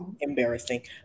Embarrassing